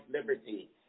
liberty